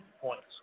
points